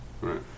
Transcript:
Right